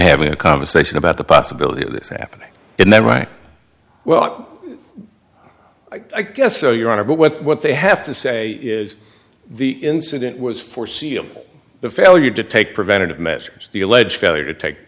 having a conversation about the possibility of this happening in the right well i guess so your honor but what they have to say is the incident was foreseeable the failure to take preventive measures the alleged failure to take